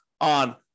on